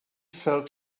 felt